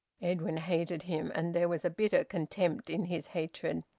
edwin hated him, and there was a bitter contempt in his hatred.